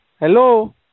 Hello